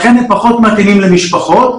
לכן פחות מתאימים למשפחות,